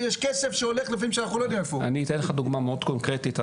דוגמה מאוד קונקרטית.